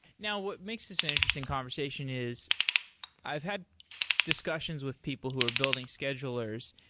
now, what makes this an interesting conversation is i've had discussions with people who are building schedulers.